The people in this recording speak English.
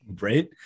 Right